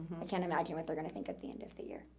i can't imagine what they're gonna think at the end of the year.